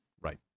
Right